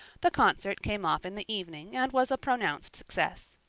the concert came off in the evening and was a pronounced success.